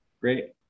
Great